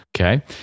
Okay